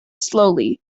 slowly